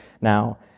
now